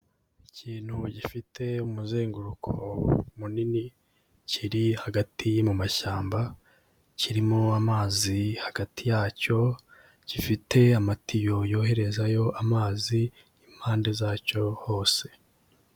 Ikintu gifite umuzenguruko munini, kiri hagati mu mashyamba, kirimo amazi hagati yacyo, gifite amatiyo yoherezayo amazi impande zacyo hose.